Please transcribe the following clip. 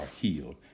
healed